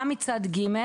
גם מצד ג',